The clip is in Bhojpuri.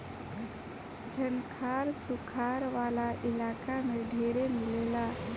झंखाड़ सुखार वाला इलाका में ढेरे मिलेला